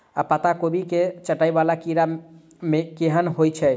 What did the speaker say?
पत्ता कोबी केँ चाटय वला कीड़ा केहन होइ छै?